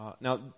Now